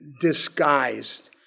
disguised